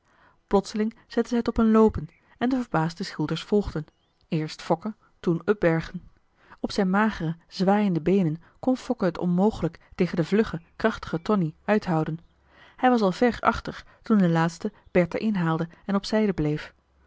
plotseling zette zij t op een loopen en de verbaasde schilders volgden eerst fokke toen upbergen op zijn magere zwaaiende beenen kon fokke het onmogelijk tegen den vluggen krachtigen tonie uithouden hij was al ver achter toen de laatste bertha inhaalde en op zijde bleef